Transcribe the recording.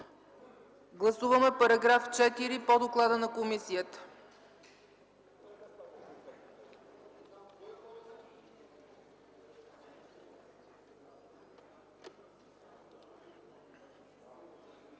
Гласуваме § 5 по доклада на комисията.